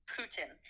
Putin